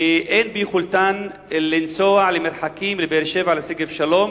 ואין ביכולתן לנסוע למרחקים, לבאר-שבע ולשגב-שלום,